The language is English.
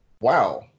Wow